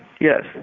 Yes